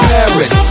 Paris